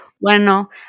Bueno